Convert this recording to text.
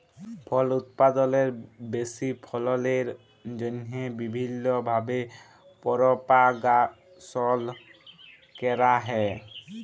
ফল উৎপাদলের বেশি ফললের জ্যনহে বিভিল্ল্য ভাবে পরপাগাশল ক্যরা হ্যয়